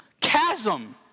chasm